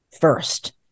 first